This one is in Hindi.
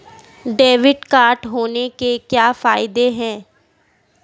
डेबिट कार्ड होने के क्या फायदे हैं?